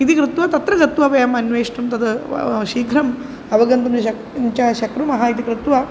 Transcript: इति कृत्वा तत्र गत्वा वयम् अन्वेष्टुं तद् शीघ्रम् अवगन्तुं न शक्यते च शक्नुमः इति कृत्वा